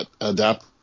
adapt